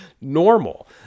normal